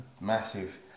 Massive